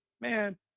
Man